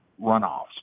runoffs